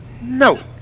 No